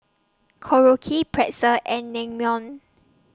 Korokke Pretzel and Naengmyeon